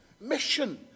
Mission